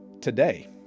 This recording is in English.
today